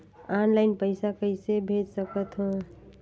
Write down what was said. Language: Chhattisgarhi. ऑनलाइन पइसा कइसे भेज सकत हो?